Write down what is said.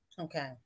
okay